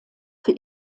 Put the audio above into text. für